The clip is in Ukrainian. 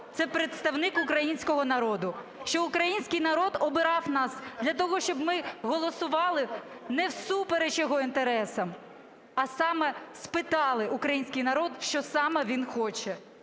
це представник українського народу, що український народ обирав нас для того, щоб ми голосували не всупереч його інтересам, а саме спитали український народ, що саме він хоче.